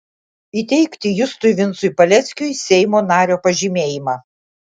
įteikti justui vincui paleckiui seimo nario pažymėjimą